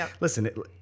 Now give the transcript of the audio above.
Listen